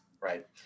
Right